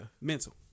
Mental